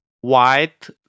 white